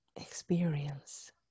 experience